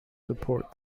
support